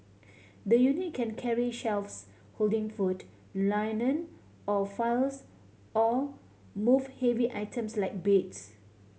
the unit can carry shelves holding food linen or files or move heavy items like beds